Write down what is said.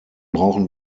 brauchen